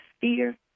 fear